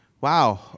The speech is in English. Wow